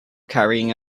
carrying